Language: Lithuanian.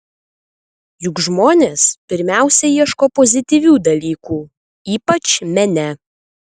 juk žmonės pirmiausia ieško pozityvių dalykų ypač mene